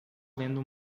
lendo